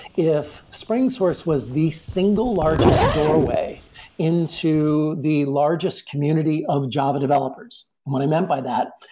if springsource was the single largest doorway into the largest community of java developers, and what i meant by that,